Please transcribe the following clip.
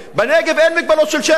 בנגב אין מגבלות של שטח,